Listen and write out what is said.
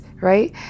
right